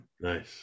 Nice